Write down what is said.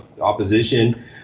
opposition